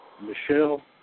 Michelle